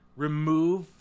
Remove